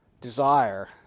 desire